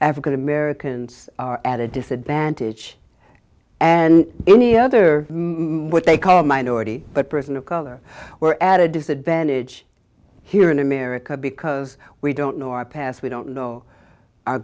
african americans are added disadvantage and any other what they call minority but person of color or add a disadvantage here in america because we don't know our past we don't know our